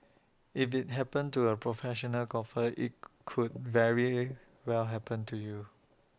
if IT happened to A professional golfer IT could very well happen to you